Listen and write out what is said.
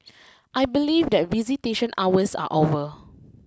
I believe that visitation hours are over